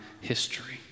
history